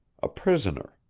a prisoner,